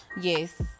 Yes